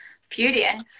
furious